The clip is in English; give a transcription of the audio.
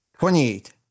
28